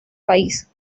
país